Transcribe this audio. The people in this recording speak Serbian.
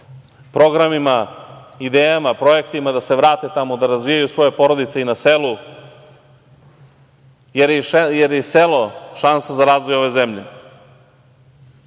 programima, idejama, projektima, da se vrate tamo, da razvijaju svoje porodice i na selu, jer je i selo šansa za razvoj ove zemlje. Ta